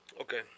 Okay